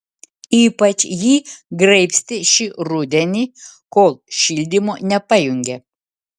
ypač jį graibstė šį rudenį kol šildymo nepajungė